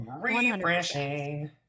Refreshing